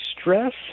stress